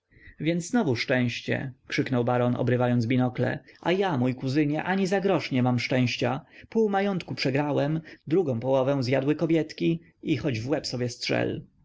więc znowu szczęście krzyknął baron obrywając binokle a ja mój kuzynie ani za grosz nie mam szczęścia pół majątku przegrałem drugą połowę zjadły kobietki i choć w łeb sobie strzel